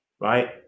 right